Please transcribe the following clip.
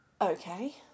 Okay